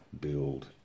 build